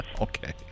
Okay